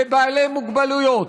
לבעלי מוגבלויות.